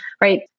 right